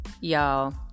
y'all